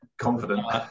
Confident